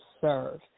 serve